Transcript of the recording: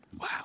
Wow